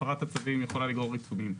הפרת הצווים יכולה לגרור עיצומים.